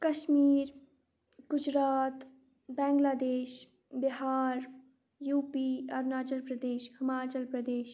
Kashmir Gujarat Bangladesh Bihar U P Arunachal Pradesh Himachal Pradesh